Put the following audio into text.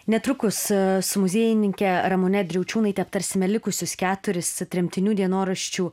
netrukus su muziejininke ramune driaučiūnaite aptarsime likusius keturis tremtinių dienoraščių